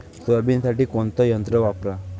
सोयाबीनसाठी कोनचं यंत्र वापरा?